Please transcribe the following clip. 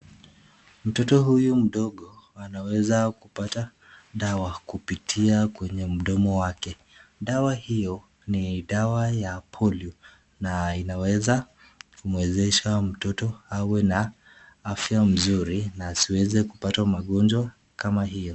Mtoto huyu mdogo anaweza kupata dawa kupitia kwenye mdomo wake. Dawa hio ni dawa ya Polio na inaweza kumwezesha mtoto awe na afya mzuri na asiweze kupata magonjwa kama hayo.